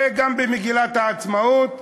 וגם במגילת העצמאות: